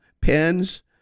pens